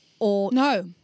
No